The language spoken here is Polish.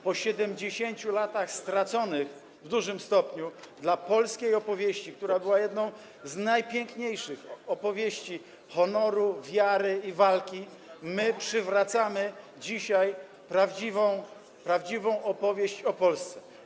Po 70 latach straconych w dużym stopniu dla polskiej opowieści, która była jedną z najpiękniejszych opowieści honoru, wiary i walki, my przywracamy dzisiaj prawdziwą opowieść o Polsce.